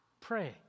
Pray